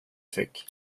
fick